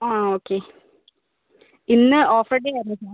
ആ ഓക്കെ ഇന്ന് offer day ആയിരുന്നു മാം